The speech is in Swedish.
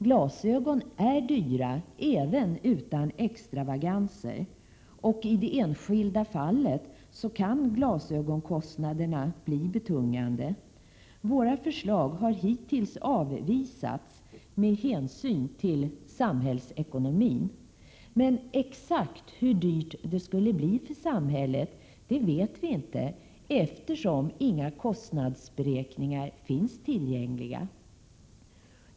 Glasögon är dyra, även utan extravaganser, och i det enskilda fallet kan glasögonkostnaderna bli betungande. Våra förslag har hittills avvisats med hänsyn till samhällsekonomin. Men exakt hur dyrt det skulle bli för samhället vet vi inte, eftersom inga kostnadsberäkningar finns tillgängliga.